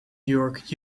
york